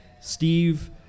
Steve